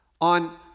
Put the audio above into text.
on